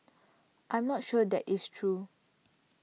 I'm not sure that is true